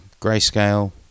Grayscale